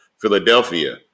Philadelphia